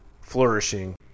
flourishing